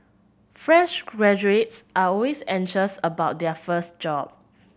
fresh graduates are always anxious about their first job